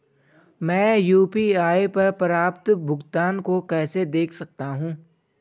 मैं यू.पी.आई पर प्राप्त भुगतान को कैसे देख सकता हूं?